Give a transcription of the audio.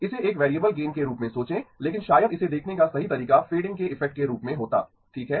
इसे एक variable gain के रूप में सोचें लेकिन शायद इसे देखने का सही तरीका फ़ेडिंग के इफ़ेक्ट के रूप मे होता ठीक है